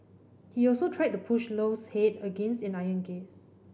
he also tried to push Low's head against an iron gate